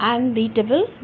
Unbeatable